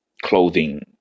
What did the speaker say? clothing